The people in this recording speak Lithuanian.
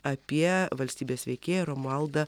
apie valstybės veikėją romualdą